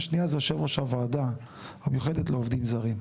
השנייה זה יושב ראש הוועדה המיוחדת לעובדים זרים.